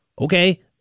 Okay